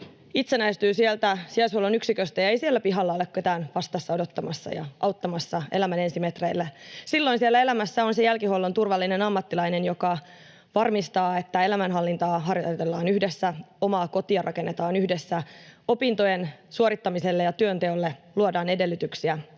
itsenäistyy sieltä sijaishuollon yksiköstä ja ei siellä pihalla ole ketään vastassa odottamassa ja auttamassa elämän ensimetreillä, silloin elämässä on se jälkihuollon turvallinen ammattilainen, joka varmistaa, että elämänhallintaa harjoitellaan yhdessä, omaa kotia rakennetaan yhdessä ja opintojen suorittamiselle ja työnteolle luodaan edellytyksiä.